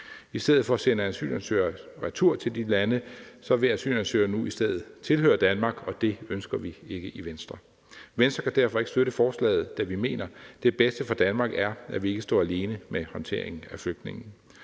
I stedet for at vi kan sende asylansøgere retur til de lande, vil asylansøgere nu tilhøre Danmark, og det ønsker vi ikke i Venstre. Venstre kan derfor ikke støtte forslaget. Vi mener, at det bedste for Danmark er, at vi ikke står alene med håndteringen af flygtningene.